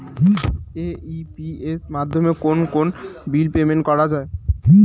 AEPS মাধ্যমে কোন কোন বিল পেমেন্ট করা যায়?